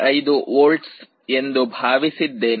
5 volts ಎಂದು ಭಾವಿಸಿದ್ದೇನೆ